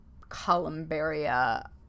columbaria